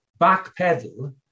backpedal